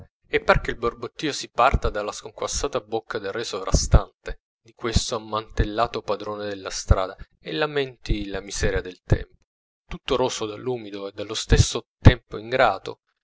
e par che il borbottio si parta dalla sconquassata bocca del re sovrastante di questo ammantellato padrone della strada e lamenti la miseria del tempo tutto roso dall'umido e dallo stesso tempo ingrato